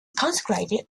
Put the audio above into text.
consecrated